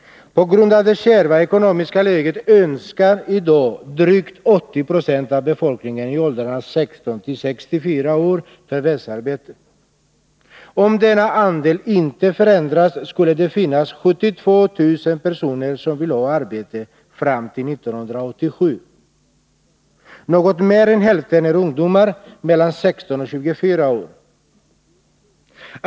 På grund av det kärva ekonomiska läget önskar i dag drygt 80 2 av befolkningen i åldrarna 16-64 år förvärvsarbete. Om denna andel inte förändras skulle det fram till 1987 finnas 72 000 personer som vill ha arbete. Något mer än hälften är ungdomar mellan 16 och 24 år.